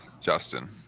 justin